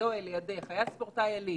יואל יושב לידך והוא היה ספורטאי עילית.